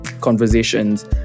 conversations